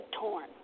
torn